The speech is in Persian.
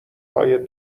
های